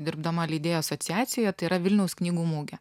dirbdama leidėjų asociacijoje tai yra vilniaus knygų mugė